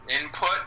input